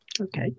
Okay